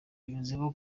yunzemo